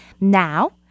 Now